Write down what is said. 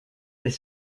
est